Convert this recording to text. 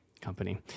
company